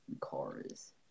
cars